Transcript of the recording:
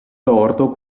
torto